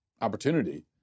opportunity